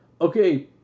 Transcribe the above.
okay